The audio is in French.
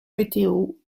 météo